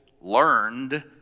learned